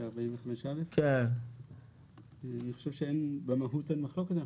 אני חושב שבמהות אין מחלוקת.